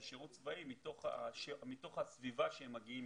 שירות צבאי מתוך הסביבה ממנה הן מגיעות.